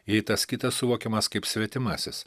jei tas kitas suvokimas kaip svetimasis